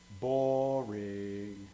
boring